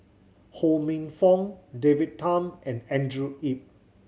Ho Minfong David Tham and Andrew Yip